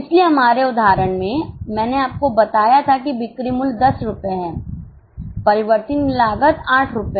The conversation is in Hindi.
इसलिए हमारे उदाहरण में मैंने आपको बताया था कि बिक्री मूल्य 10 रुपये है परिवर्तनीय लागत 8 रुपये है